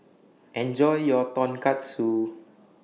Enjoy your Tonkatsu